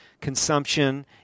consumption